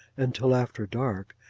until after dark,